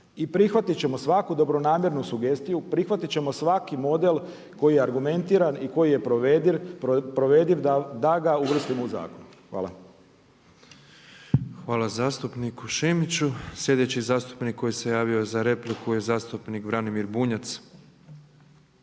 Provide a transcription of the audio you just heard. prihvatit ćemo svaku dobronamjernu sugestiju, prihvatit ćemo svaki model koji je argumentiran i koji je provediv da ga uvrstimo u zakon. Hvala. **Petrov, Božo (MOST)** Hvala zastupniku Šimiću. Sljedeći zastupnik koji se javio za repliku je zastupnik Branimir Bunjac.